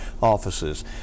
offices